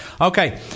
Okay